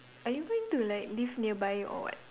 are you going to like live nearby or what